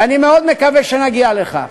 ואני מאוד מקווה שנגיע לכך.